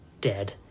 dead